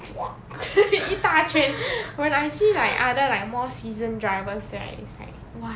一大圈 when I see like other like more seasoned drivers right it's like !wah!